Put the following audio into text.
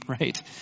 Right